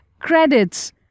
credits